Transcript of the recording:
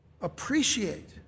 appreciate